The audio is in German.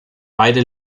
beide